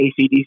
ACDC